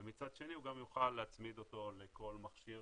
ומצד שני הוא גם יוכל להצמיד אותו לכל מכשיר